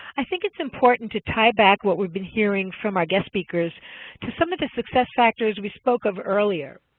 i think it's important to tie back what we've been hearing from our guest speakers to some of the success factors we spoke of earlier.